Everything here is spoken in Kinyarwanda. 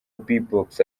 bbox